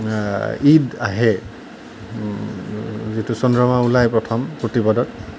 ঈদ আহে যিটো চন্দ্ৰমা ওলায় প্ৰথম প্ৰতিপদত